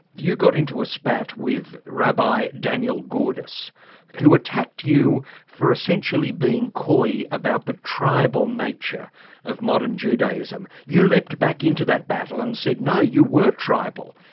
you got into a spat with rabbi daniel gordis who attacked you for essentially being coy about the tribal nature of modern judaism. you leapt back into that battle and said no, you were tribal.